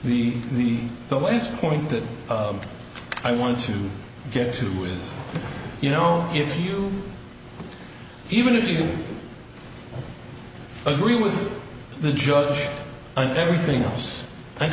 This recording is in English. the the the west point that i want to get to with you know if you even if you agree with the judge and everything else and